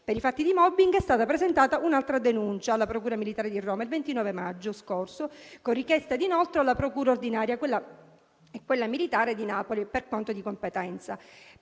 Per i fatti di *mobbing* è stata presentata un'altra denuncia alla procura militare di Roma il 29 maggio scorso, con richiesta di inoltro alla procura ordinaria e a quella militare di Napoli, per quanto di competenza.